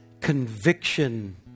conviction